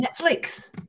Netflix